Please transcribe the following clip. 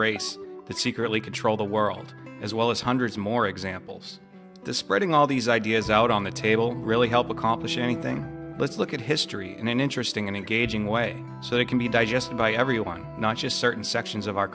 race that secretly control the world as well as hundreds more examples to spreading all these ideas out on the table really help accomplish anything let's look at history in an interesting and engaging way so that can be digested by everyone not just certain sections of our